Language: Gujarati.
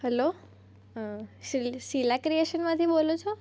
હલો સિલી સિલા ક્રિએશનમાંથી બોલો છો